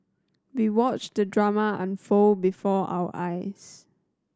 we watched the drama unfold before our eyes